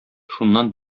шуннан